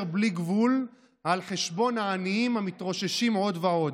בלי גבול על חשבון העניים המתרוששים עוד ועוד.